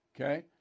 Okay